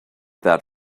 that